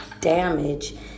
damage